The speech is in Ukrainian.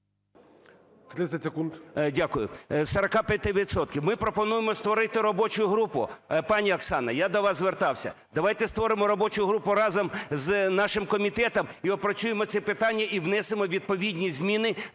п'яти відсотків. Ми пропонуємо створити робочу групу. Пані Оксана, я до вас звертався. Давайте створимо робочу групу разом з нашими комітетом і опрацюємо це питання, і внесемо відповідні зміни,